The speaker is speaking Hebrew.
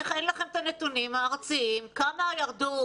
איך אין לכם את הנתונים הארציים כמה ירדו,